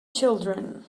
children